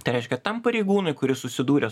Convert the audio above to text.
tai reiškia tam pareigūnui kuris susidūrė